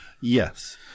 Yes